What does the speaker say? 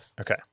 Okay